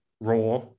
raw